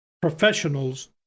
professionals